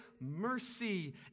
mercy